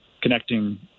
connecting